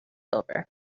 over